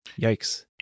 Yikes